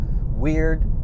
weird